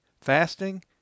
fasting